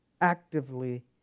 Actively